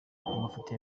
amafoto